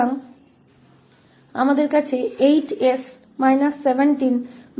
तो हमारे पास 8s 17S1 है और यह अंतिम चरण होगा